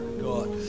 God